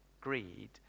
greed